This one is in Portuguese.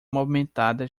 movimentada